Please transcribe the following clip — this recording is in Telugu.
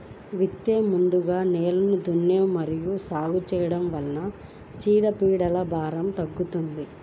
విత్తే ముందు నేలను దున్నడం మరియు సాగు చేయడం వల్ల చీడపీడల భారం తగ్గుతుందా?